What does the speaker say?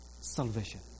salvation